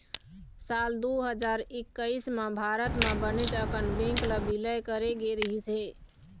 साल दू हजार एक्कइस म भारत म बनेच अकन बेंक ल बिलय करे गे रहिस हे